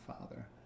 Father